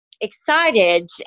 excited